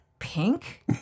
Pink